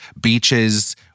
beaches